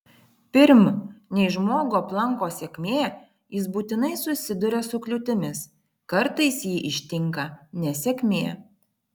pirm nei žmogų aplanko sėkmė jis būtinai susiduria su kliūtimis kartais jį ištinka nesėkmė